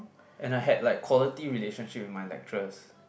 and I had like quality relationship with my lecturers